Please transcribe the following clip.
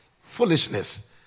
foolishness